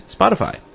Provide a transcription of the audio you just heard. Spotify